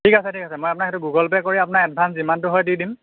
ঠিক আছে ঠিক আছে মই আপোনাক সেইটো গুগল পে' কৰি আপোনাক এডভাঞ্চ যিমানটো হয় দি দিম